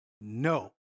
No